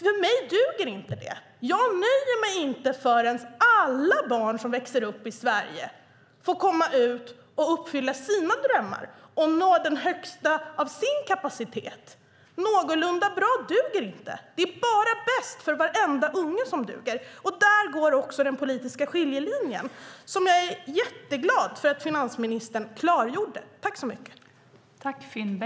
För mig duger inte det. Jag nöjer mig inte förrän alla barn som växer upp i Sverige får komma ut och uppfylla sina drömmar och nå sin högsta kapacitet. Någorlunda bra duger inte. Det är bara bäst för varenda unge som duger. Där går också den politiska skiljelinjen, som jag är jätteglad för att finansministern klargjorde.